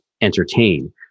entertain